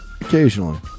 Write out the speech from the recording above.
Occasionally